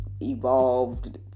evolved